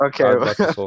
Okay